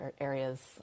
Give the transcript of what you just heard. areas